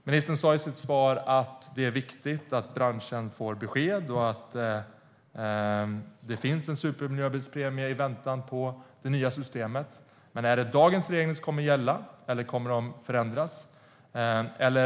Ministern sa i sitt svar att det är viktigt att branschen får besked och att det finns en supermiljöbilspremie i väntan på det nya systemet. Men är det dagens regler som kommer att gälla eller kommer de att förändras?